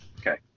Okay